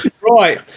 Right